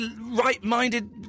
right-minded